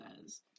says